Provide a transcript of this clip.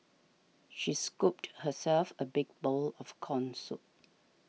she scooped herself a big bowl of Corn Soup